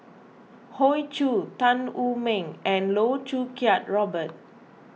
Hoey Choo Tan Wu Meng and Loh Choo Kiat Robert